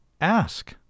ask